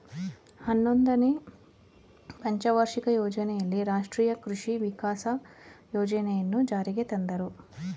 ಹನ್ನೊಂದನೆನೇ ಪಂಚವಾರ್ಷಿಕ ಯೋಜನೆಯಲ್ಲಿ ರಾಷ್ಟ್ರೀಯ ಕೃಷಿ ವಿಕಾಸ ಯೋಜನೆಯನ್ನು ಜಾರಿಗೆ ತಂದರು